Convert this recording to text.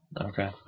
Okay